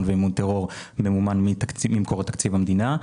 ומימון טרור ממומנים ממקורות תקציב המדינה.